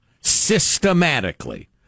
Systematically